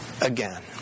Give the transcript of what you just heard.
again